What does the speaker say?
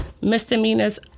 misdemeanors